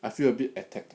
I feel a bit attack